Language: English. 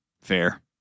Fair